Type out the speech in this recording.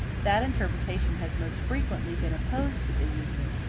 that interpretation has most frequently been opposed to the union,